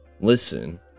listen